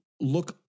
look